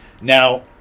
Now